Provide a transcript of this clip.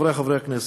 חברי חברי הכנסת,